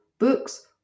books